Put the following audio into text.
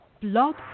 Blog